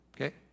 Okay